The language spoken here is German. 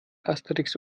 asterix